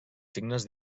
signes